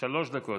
שלוש דקות.